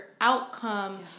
outcome